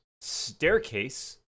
staircase